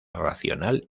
racional